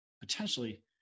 potentially –